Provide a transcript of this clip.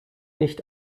nicht